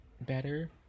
better